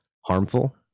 harmful